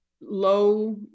low